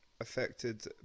affected